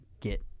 get